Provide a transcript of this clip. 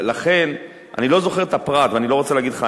לכן אני לא זוכר את הפרט, ואני לא רוצה להגיד לך.